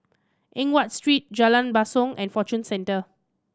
Eng Watt Street Jalan Basong and Fortune Centre